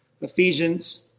Ephesians